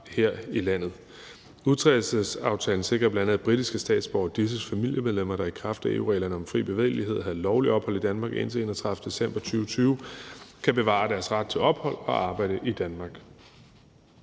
her i landet. Udtrædelsesaftalen sikrer bl.a., at britiske statsborgere og disses familiemedlemmer, der i kraft af EU-reglerne om fri bevægelighed havde lovligt ophold i Danmark indtil den 31. december 2020, kan bevare deres ret til ophold og arbejde i Danmark.